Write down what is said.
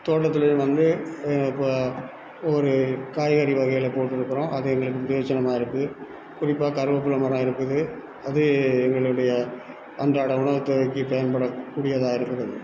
தோட்டத்தில் வந்து இப்போது ஒரு காய்கறி வகைகளை போட்டுருக்கிறோம் அது எங்களுக்கு முக்கிய இருக்குது குறிப்பாக கருவப்பிள்ள மரம் இருக்குது அது எங்களுடைய அன்றாட உணவு தேவைக்கு பயன்பட கூடியதாக இருக்கிறது